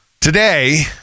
today